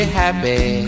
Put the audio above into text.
happy